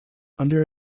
under